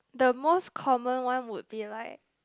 the most common one would be like